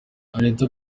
anita